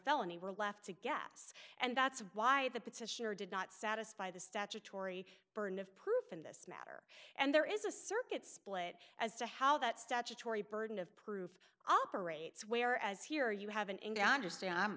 felony we're left to guess and that's why the petitioner did not satisfy the statutory burden of proof in this matter and there is a circuit split as to how that statutory burden of proof operates whereas here you have an